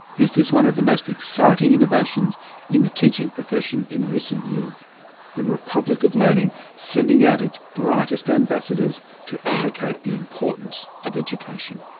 this is one of the most exciting innovations in the teaching profession in recent years the republic of learning sending out its brightest ambassadors to advocate the importance of education.